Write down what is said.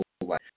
life